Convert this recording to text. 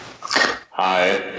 Hi